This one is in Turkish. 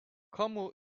kamu